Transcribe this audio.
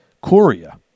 Korea